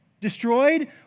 destroyed